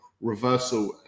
reversal